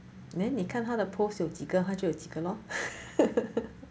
then 你看他的 post 有几个他就有几个 lor